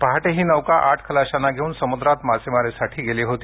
पहाटे ही नौका आठ खलाशांना घेऊन समुद्रात मासेमारीसाठी गेली होती